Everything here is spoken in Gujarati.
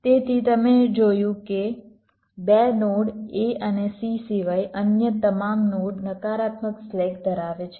તેથી તમે જોયું કે 2 નોડ a અને c સિવાય અન્ય તમામ નોડ નકારાત્મક સ્લેક ધરાવે છે